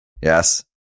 Yes